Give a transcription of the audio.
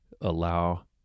allow